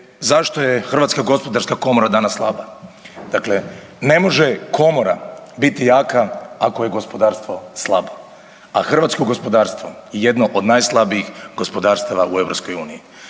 zašto je HGK danas slaba. Dakle, ne može komora biti jaka ako je gospodarstvo slabo, a hrvatsko gospodarstvo je jedno od najslabijih gospodarstava u EU.